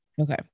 okay